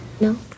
No